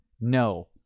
no